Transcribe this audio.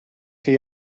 chi